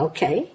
Okay